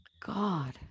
God